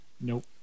Nope